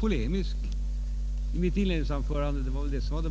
polemisk i mitt inledningsanförande.